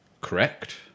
Correct